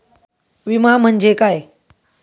विमा म्हणजे काय?